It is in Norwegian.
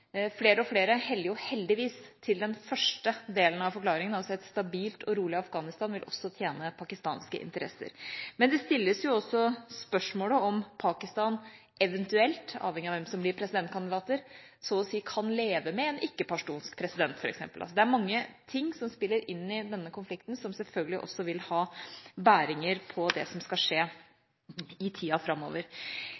Flere og flere heller heldigvis til den første delen av forklaringen, at et stabilt og rolig Afghanistan vil tjene pakistanske interesser, men det stilles også spørsmål om Pakistan eventuelt – avhengig av hvem som blir presidentkandidater – så å si kan leve med en ikke-pashtunsk president, for eksempel. Det er mange ting som spiller inn i denne konflikten, som selvfølgelig også vil ha «bæringer» på det som skal skje